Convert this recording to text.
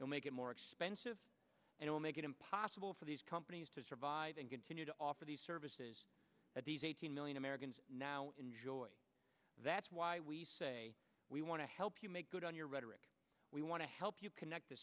and make it more expensive and will make it impossible for these companies to survive and continue to offer the services that these eighteen million americans now enjoy that's why we say we want to help you make good on your rhetoric we want to help you connect the